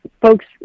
folks